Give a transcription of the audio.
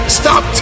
stop